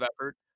effort